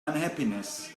unhappiness